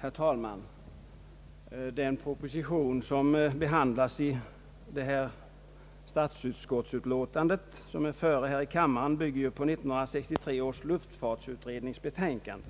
Herr talman! Den proposition, som behandlas i det statsutskottsutiåtande som är före i kammaren, bygger på 1963 års luftfartsutrednings betänkande.